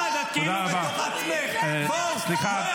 אחד --- אני נמצאת במקום של בורים --- את כאילו בתוך עצמך.